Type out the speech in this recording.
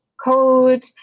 code